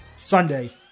Sunday